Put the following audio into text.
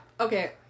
okay